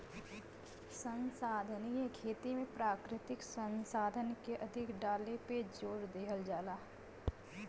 संसाधनीय खेती में प्राकृतिक संसाधन के अधिक डाले पे जोर देहल जाला